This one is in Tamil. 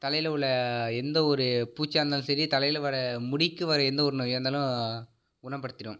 தலையில் உள்ள எந்தவொரு பூச்சியாக இருந்தாலும் சரி தலையில் வர முடிக்கு வர எந்த ஒரு நோயாக இருந்தாலும் குணப்படுத்திடும்